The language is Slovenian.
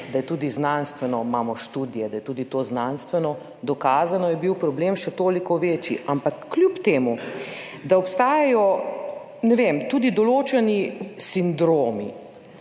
da je tudi znanstveno, imamo študije, da je tudi to znanstveno dokazano, je bil problem še toliko večji, ampak kljub temu da obstajajo, ne vem, tudi določeni sindromi,